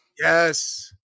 Yes